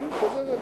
הוא חוזר אליו.